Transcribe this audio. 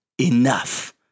enough